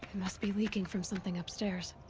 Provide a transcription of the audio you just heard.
must be leaking from something upstairs.